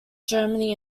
germany